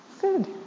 Good